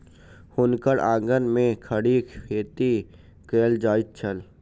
हुनकर आंगन में खड़ी खेती कएल जाइत छल